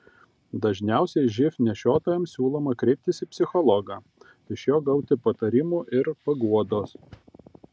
dažniausiai živ nešiotojams siūloma kreiptis į psichologą iš jo gauti patarimų ir paguodos